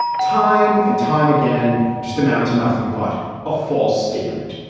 time and time again, just amount to nothing but a false statement,